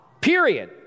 period